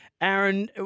Aaron